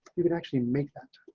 you can actually make that